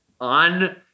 on